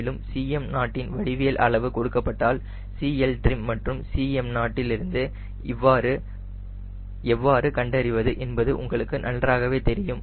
மேலும் Cm0 இன் வடிவியல் அளவு கொடுக்கப்பட்டால் CLtrim மற்றும் Cm0 இலிருந்து எவ்வாறு கண்டறிவது என்பது உங்களுக்கு நன்றாகவே தெரியும்